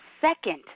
second